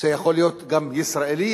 שיכול להיות גם ישראלי,